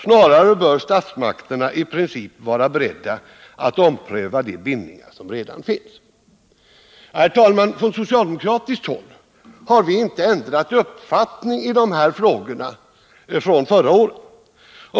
Snarare bör statsmakterna i princip vara beredda att ompröva de bindningar som redan finns.” Herr talman! Från socialdemokratiskt håll har vi inte ändrat uppfattning i de här frågorna sedan förra året.